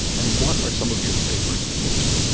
and what are some of your favorite tips?